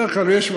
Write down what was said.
בדרך כלל יש,